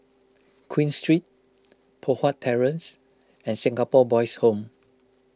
Queen Street Poh Huat Terrace and Singapore Boys' Home